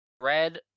red